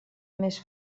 més